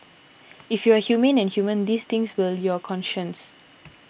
if you are humane and human these things will your conscience